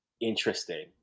interesting